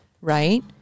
right